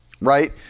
right